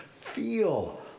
feel